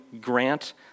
grant